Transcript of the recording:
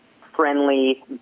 friendly